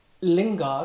Lingard